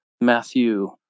matthew